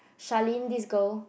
Shalynn this girl